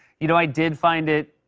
you know, i did find it,